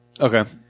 Okay